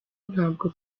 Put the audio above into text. ntabwo